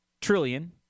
trillion